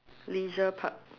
leisure park